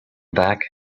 back